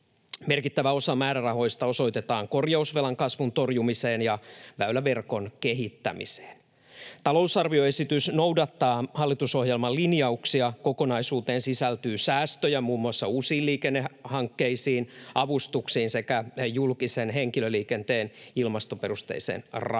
Merkittävä osa määrärahoista osoitetaan korjausvelan kasvun torjumiseen ja väyläverkon kehittämiseen. Talousarvioesitys noudattaa hallitusohjelman linjauksia. Kokonaisuuteen sisältyy säästöjä muun muassa uusiin liikennehankkeisiin, avustuksiin sekä julkisen henkilöliikenteen ilmastoperusteiseen rahoitukseen.